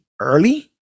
early